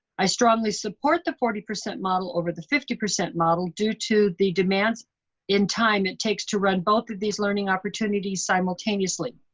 i strongly support the forty percent model over the fifty percent model due to the demands in time it takes to run both of these learning opportunities simultaneously.